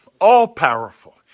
all-powerful